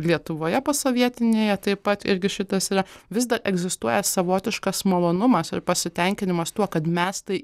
lietuvoje posovietinėje taip pat irgi šitas yra vis dar egzistuoja savotiškas malonumas ir pasitenkinimas tuo kad mes tai